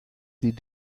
die